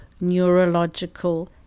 neurological